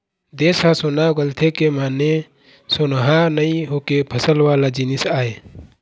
देस ह सोना उगलथे के माने सोनहा नइ होके फसल वाला जिनिस आय